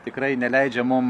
tikrai neleidžia mum